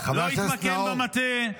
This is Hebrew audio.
לא התמקמם במטה.